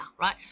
right